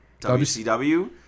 WCW